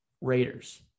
Raiders